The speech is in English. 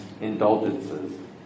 indulgences